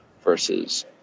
versus